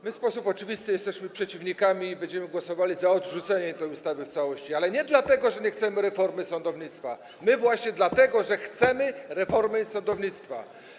My w sposób oczywisty jesteśmy przeciwnikami i będziemy głosowali za odrzuceniem tej ustawy w całości, ale nie dlatego, że nie chcemy reformy sądownictwa, tylko właśnie dlatego, że chcemy reformy sądownictwa.